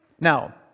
Now